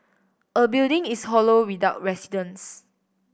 a building is hollow without residents